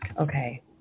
Okay